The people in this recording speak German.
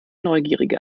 neugierige